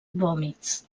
vòmits